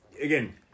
again